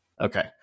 Okay